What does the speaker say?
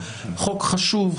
חוק חשוב,